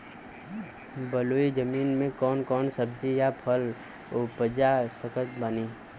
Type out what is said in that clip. बलुई जमीन मे कौन कौन सब्जी या फल उपजा सकत बानी?